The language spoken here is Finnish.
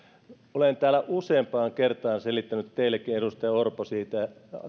olen täällä useampaan kertaan selittänyt teillekin edustaja orpo siitä